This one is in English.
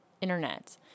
internet